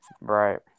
Right